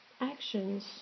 actions